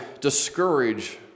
discourage